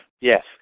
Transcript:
yes